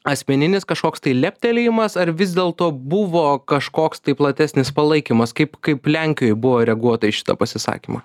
asmeninis kažkoks tai leptelėjimas ar vis dėlto buvo kažkoks tai platesnis palaikymas kaip kaip lenkijoj buvo reaguota į šitą pasisakymą